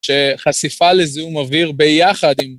שחשיפה לזיהום אוויר ביחד עם...